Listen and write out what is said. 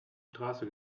straße